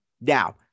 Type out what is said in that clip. Now